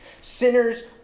Sinners